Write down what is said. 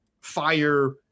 fire